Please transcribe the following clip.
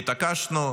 והתעקשנו,